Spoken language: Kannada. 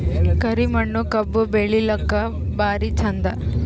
ಕರಿ ಮಣ್ಣು ಕಬ್ಬು ಬೆಳಿಲ್ಲಾಕ ಭಾರಿ ಚಂದ?